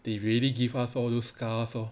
they really give us all those scars orh